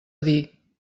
dir